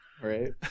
right